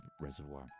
reservoir